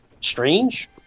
strange